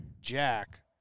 Jack